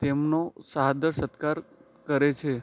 તેમનો સાદર સત્કાર કરે છે